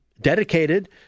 dedicated